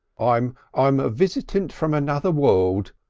i'm i'm a visitant from another world.